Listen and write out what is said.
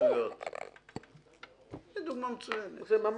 הצבעה בעד, 2 נגד,